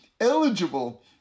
eligible